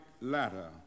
ladder